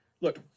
Look